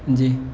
جی